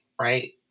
right